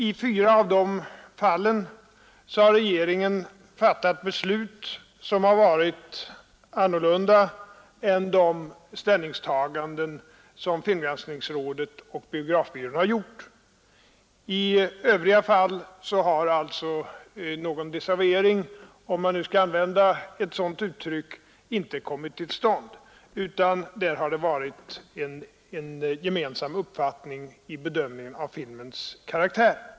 I fyra av dessa fall har regeringen fattat beslut som varit annorlunda än de ställningstaganden filmgranskningsrådet och biografbyrån har gjort. I övriga fall har alltså inte någon desavuering — om man nu skall använda ett sådant uttryck — kommit till stånd, utan det har varit en gemensam bedömning av filmernas karaktär.